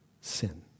sin